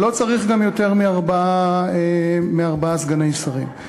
ולא צריך גם יותר מארבעה סגני שרים.